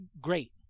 great